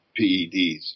PEDs